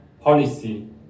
policy